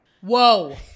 Whoa